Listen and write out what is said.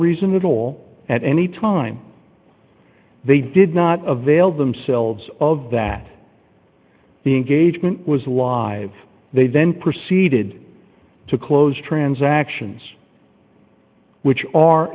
reason at all at any time they did not avail themselves of that the engagement was live they then proceeded to close transactions which are